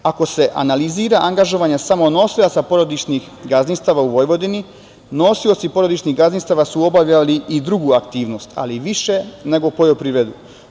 Ako se analizira angažovanja samo nosilaca porodičnih gazdinstava u Vojvodini nosioci porodičnih gazdinstava su obavljali i drugu aktivnost, ali više nego u poljoprivredu.